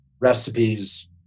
recipes